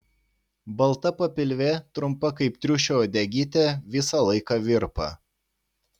balta papilvė trumpa kaip triušio uodegytė visą laiką virpa